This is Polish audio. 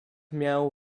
miał